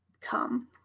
come